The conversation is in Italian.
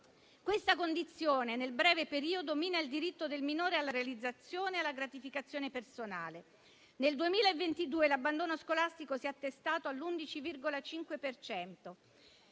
Questa condizione, nel breve periodo, mina il diritto del minore alla realizzazione e alla gratificazione personale. Nel 2022 l'abbandono scolastico si è attestato all'11,5